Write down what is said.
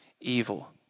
evil